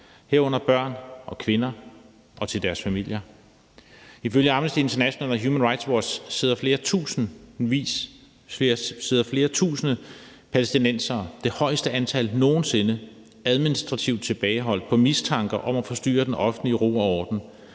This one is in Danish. herunder børn og kvinder, og til deres familier. Ifølge Amnesty International og Human Rights Watch sidder flere tusinde palæstinensere, det højeste antal nogen sinde, administrativt tilbageholdt på mistanke om at forstyrre den offentlige ro og orden.